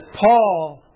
Paul